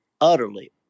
utterly